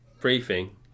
briefing